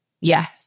Yes